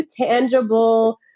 tangible